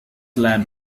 lamp